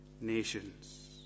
nations